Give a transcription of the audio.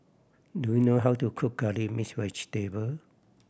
do you know how to cook Curry Mixed Vegetable